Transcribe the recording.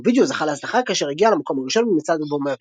אלבום הווידאו זכה להצלחה כאשר הגיע למקום הראשון במצעד אלבומי